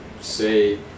say